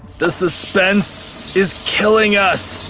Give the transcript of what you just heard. the suspense is killing us,